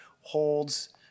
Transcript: holds